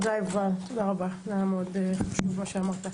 היה חשוב מאוד מה שאמרת.